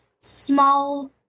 small